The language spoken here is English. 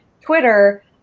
twitter